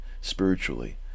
spiritually